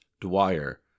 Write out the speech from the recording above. Dwyer